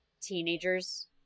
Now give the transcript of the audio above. teenagers